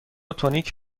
تونیک